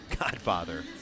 godfather